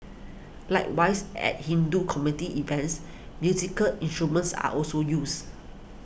likewise at Hindu community events musical instruments are also used